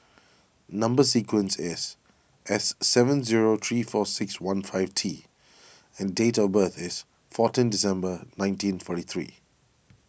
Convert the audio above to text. Number Sequence is S seven zero three four six one five T and date of birth is fourteen December nineteen forty three